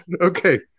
Okay